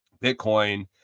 Bitcoin